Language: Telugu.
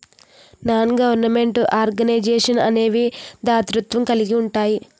నాన్ గవర్నమెంట్ ఆర్గనైజేషన్స్ అనేవి దాతృత్వం కలిగి ఉంటాయి